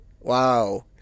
Wow